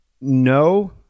No